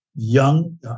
young